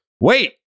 wait